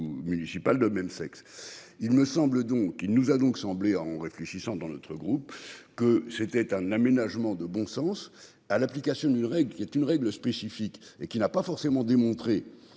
municipal de même sexe. Il me semble donc il nous a donc semblé en réfléchissant dans notre groupe que c'était un aménagement de bon sens à l'application d'une règle qui est une règle spécifique et qui n'a pas forcément démontrer